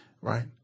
right